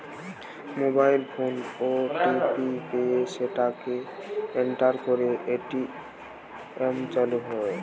mobile ফোনে OTP পেয়ে সেটাকে এন্টার করে এ.টি.এম চালু হয়